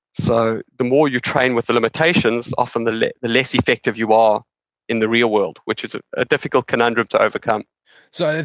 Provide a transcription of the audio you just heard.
so, the more you train with the limitations, often the less the less effective you are in the real world, which is a difficult conundrum to overcome so,